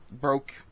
broke